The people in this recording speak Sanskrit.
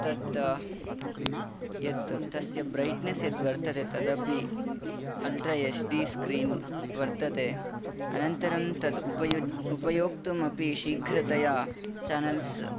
तत् यत् तस्य ब्रैट्नस् यद्वर्तते तदपि अल्ट्रा एच् डि स्क्रीन् वर्तते अनन्तरं तत् उपयोज् उपयोक्तुम् अपि शीघ्रतया चेनेल्स्